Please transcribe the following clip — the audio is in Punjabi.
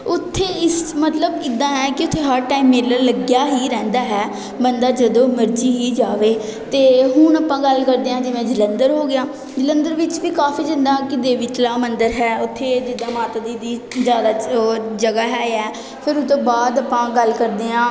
ਉੱਥੇ ਇਸ ਮਤਲਬ ਇੱਦਾਂ ਹੈ ਕਿ ਉੱਥੇ ਹਰ ਟਾਇਮ ਮੇਲਾ ਲੱਗਿਆ ਹੀ ਰਹਿੰਦਾ ਹੈ ਬੰਦਾ ਜਦੋਂ ਮਰਜ਼ੀ ਹੀ ਜਾਵੇ ਅਤੇ ਹੁਣ ਆਪਾਂ ਗੱਲ ਕਰਦੇ ਹਾਂ ਜਿਵੇਂ ਜਲੰਧਰ ਹੋ ਗਿਆ ਜਲੰਧਰ ਵਿੱਚ ਵੀ ਕਾਫੀ ਜਿੱਦਾਂ ਕਿ ਦੇਵੀ ਤਲਾਹ ਮੰਦਰ ਹੈ ਓਥੇ ਜਿੱਦਾਂ ਮਾਤਾ ਜੀ ਦੀ ਜ਼ਿਆਦਾ ਅ ਜਗ੍ਹਾ ਐ ਹੈ ਆ ਫਿਰ ਉਸ ਤੋਂ ਬਾਅਦ ਆਪਾਂ ਗੱਲ ਕਰਦੇ ਹਾਂ